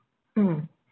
mm